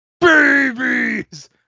Babies